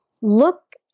look